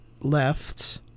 left